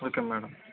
okay madam